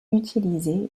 utilisés